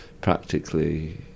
practically